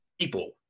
People